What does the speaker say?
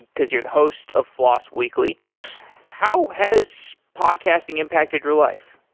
because you're the host of floss weekly. yes. how has podcasting impacted your life?